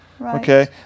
okay